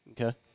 Okay